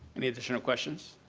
any additional questions?